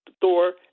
Thor